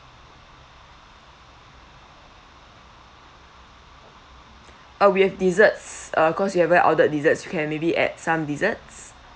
oh we have desserts uh cause you haven't ordered desserts you can maybe add some desserts